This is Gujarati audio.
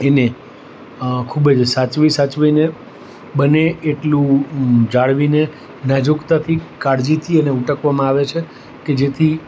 એને ખૂબ જ સાચવી સાચવીને બને એટલું જાળવીને નાજુકતાથી કાળજીથી એને ઉટકવામાં આવે છે કે જેથી